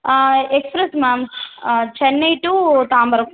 ஆ express ma'am ஆ Chennai to Tambaram